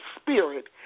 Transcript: spirit